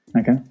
Okay